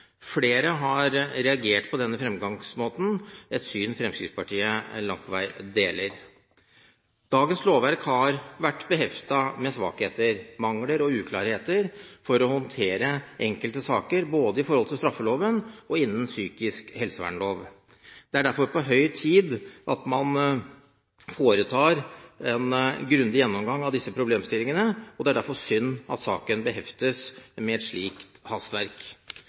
Flere har reagert på denne fremgangsmåten, et syn Fremskrittspartiet langt på vei deler. Dagens lovverk har vært beheftet med svakheter, mangler og uklarheter knyttet til det å håndtere enkelte saker både i forhold til straffeloven og innen psykisk helsevernlov. Det er derfor på høy tid at man foretar en grundig gjennomgang av disse problemstillingene, og det er derfor synd at saken ble beheftet med slikt hastverk.